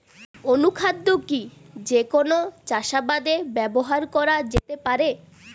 অনুখাদ্য কি যে কোন চাষাবাদে ব্যবহার করা যেতে পারে?